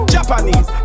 Japanese